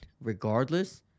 regardless